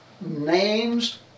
names